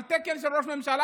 על תקן של ראש ממשלה,